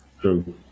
True